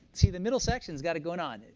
see, the middle section's got it going on.